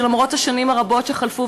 שלמרות השנים הרבות שחלפו,